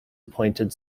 appointed